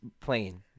plain